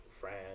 friend